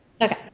Okay